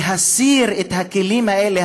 להסיר את הכלים האלה,